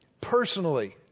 personally